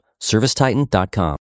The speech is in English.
ServiceTitan.com